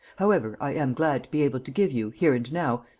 however, i am glad to be able to give you, here and now,